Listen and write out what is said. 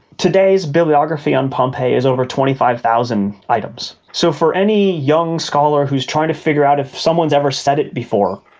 today's bibliography on pompeii is over twenty five thousand items. so for any young scholar who is trying to figure out if someone has ever said it before,